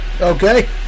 Okay